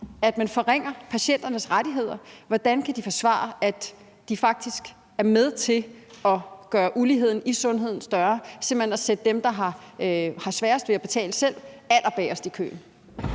at man forringer patienternes rettigheder? Hvordan kan de forsvare, at de faktisk er med til at gøre uligheden i sundhed større og simpelt hen sætte dem, der har sværest ved at betale selv, allerbagest i køen?